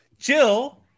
Jill